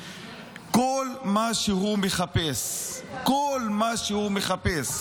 כל מה שהוא מחפש, כל מה שהוא מחפש,